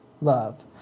love